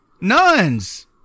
nuns